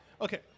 Okay